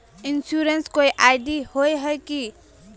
Insurance कोई ID होय है की?